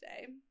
today